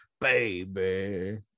baby